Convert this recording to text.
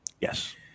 Yes